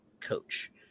coach